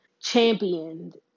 championed